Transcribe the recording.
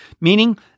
meaning